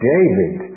David